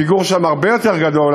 הפיגור שם הרבה יותר גדול.